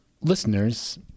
listeners